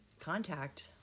contact